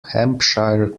hampshire